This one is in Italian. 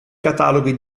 cataloghi